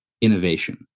innovation